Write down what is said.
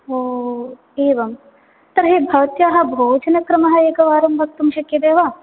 एवं तर्हि भवत्याः भोजनक्रमः एकवारं वक्तुं शक्यते वा